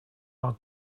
are